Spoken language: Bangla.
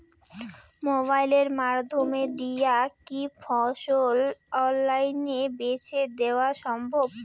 মোবাইলের মইধ্যে দিয়া কি ফসল অনলাইনে বেঁচে দেওয়া সম্ভব?